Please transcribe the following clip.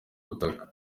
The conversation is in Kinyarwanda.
butaka